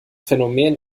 phänomen